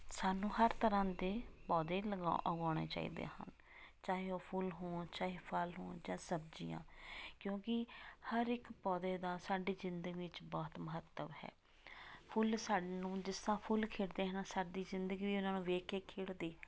ਸਾਨੂੰ ਹਰ ਤਰ੍ਹਾਂ ਦੇ ਪੌਦੇ ਲਗਾਉ ਉਗਾਉਣੇ ਚਾਹੀਦੇ ਹਨ ਚਾਹੇ ਉਹ ਫੁੱਲ ਹੋਣ ਚਾਹੇ ਫਲ ਹੋਣ ਚਾਹੇ ਸਬਜ਼ੀਆਂ ਕਿਉਂਕਿ ਹਰ ਇੱਕ ਪੌਦੇ ਦਾ ਸਾਡੀ ਜ਼ਿੰਦਗੀ ਵਿੱਚ ਬਹੁਤ ਮਹੱਤਵ ਹੈ ਫੁੱਲ ਸਾਨੂੰ ਜਿਸ ਤਰ੍ਹਾਂ ਫੁੱਲ ਖਿੜਦੇ ਹਨ ਸਾਡੀ ਜ਼ਿੰਦਗੀ ਵੀ ਉਹਨਾਂ ਨੂੰ ਵੇਖ ਕੇ ਖਿੜਦੀ